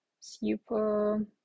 super